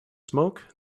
smoke